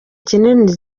kinini